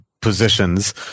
positions